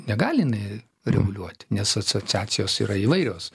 negali jinai reguliuoti nes asociacijos yra įvairios